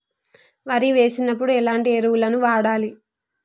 వరి వేసినప్పుడు ఎలాంటి ఎరువులను వాడాలి?